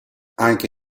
anche